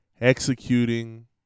executing